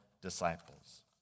disciples